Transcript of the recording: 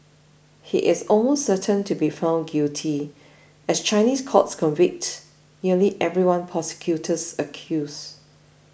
he is almost certain to be found guilty as Chinese courts convict nearly everyone prosecutors accuse